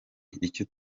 icyo